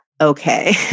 okay